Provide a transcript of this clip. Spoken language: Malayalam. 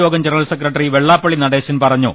യോഗം ജനറൽ സെക്രട്ടറി വെള്ളാപ്പള്ളി നടേശൻ പറഞ്ഞു